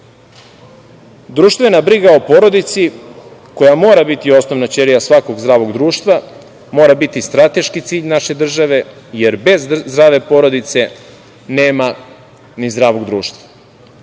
grad. Društvena briga o porodici, koja mora biti osnovna ćelija svakog zdravog društva, mora biti strateški cilj naše države, jer bez zdrave porodice nema ni zdravog društva.